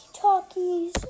talkies